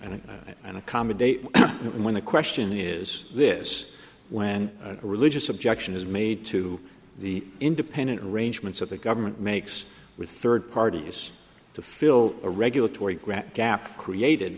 and accommodate when the question is this when a religious objection is made to the independent arrangements of the government makes with third parties to fill a regulatory grant gap created